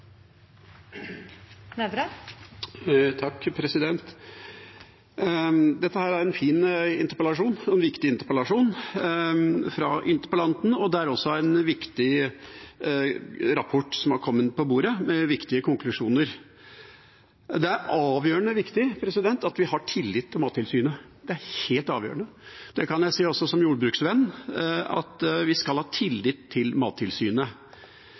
en fin – og viktig – interpellasjon fra interpellanten. Det er også en viktig rapport som har kommet på bordet, med viktige konklusjoner. Det er avgjørende viktig at vi har tillit til Mattilsynet, det er helt avgjørende. Jeg kan si også som jordbruksvenn at vi skal ha tillit til Mattilsynet.